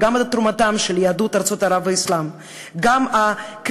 גם לתרומתם של יהדות ארצות ערב והאסלאם וגם לכמיהה